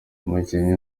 umukinnyi